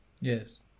Yes